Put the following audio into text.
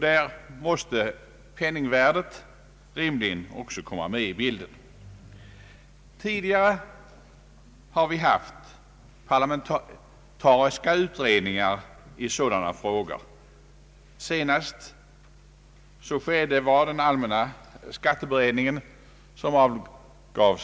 Där måste penningvärdet rimligen också komma med i bilden. Tidigare har vi haft parlamentariska utredningar i sådana frågor. Senast så skedde var när den allmänna skatteberedningen arbetade.